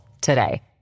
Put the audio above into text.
today